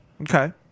Okay